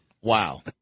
wow